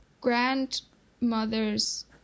grandmothers